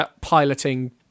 piloting